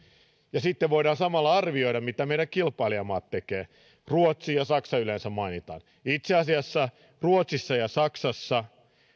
ja sitten voidaan samalla arvioida mitä meidän kilpailijamaamme tekevät ruotsi ja saksa yleensä mainitaan itse asiassa ruotsissa ja saksassa